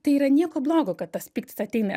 tai yra nieko blogo kad tas pyktis ateina